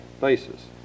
basis